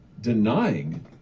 denying